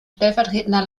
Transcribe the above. stellvertretender